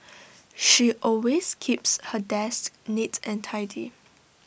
she always keeps her desk neat and tidy